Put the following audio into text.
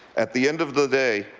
at the end of the day,